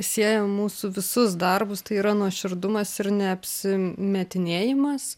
sieja mūsų visus darbus tai yra nuoširdumas ir neapsimetinėjimas